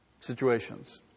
situations